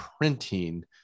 printing